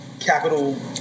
capital